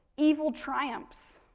evil triumphs,